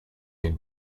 been